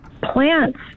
Plants